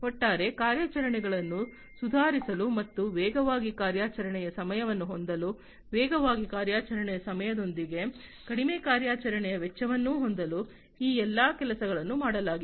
ಒಟ್ಟಾರೆ ಕಾರ್ಯಾಚರಣೆಗಳನ್ನು ಸುಧಾರಿಸಲು ಮತ್ತು ವೇಗವಾಗಿ ಕಾರ್ಯಾಚರಣೆಯ ಸಮಯವನ್ನು ಹೊಂದಲು ವೇಗವಾಗಿ ಕಾರ್ಯಾಚರಣೆಯ ಸಮಯದೊಂದಿಗೆ ಕಡಿಮೆ ಕಾರ್ಯಾಚರಣೆಯ ವೆಚ್ಚವನ್ನು ಹೊಂದಲು ಈ ಎಲ್ಲಾ ಕೆಲಸಗಳನ್ನು ಮಾಡಲಾಗಿದೆ